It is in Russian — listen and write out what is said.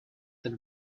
так